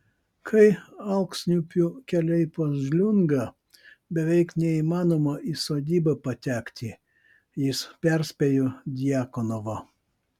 kai alksniupių keliai pažliunga beveik neįmanoma į sodybą patekti jis perspėjo djakonovą